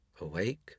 awake